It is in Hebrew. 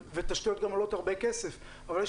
ותשתיות גם עולות הרבה כסף אבל יש